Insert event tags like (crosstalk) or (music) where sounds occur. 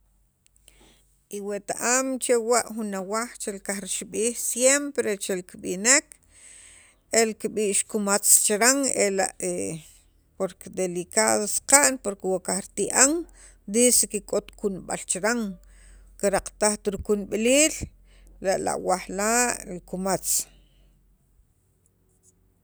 iwet am chewa' jun awaj che kajrixib'ij siempre chel kib'inek el kib'ix kumatz chiran ela' porque delicado saqa'n porque wo kajriti'an disque k'ot kunub'al chiran kiraqatajt rikunb'aliil li awaj la' li kumatz (noise)